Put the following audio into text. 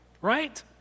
right